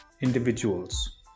individuals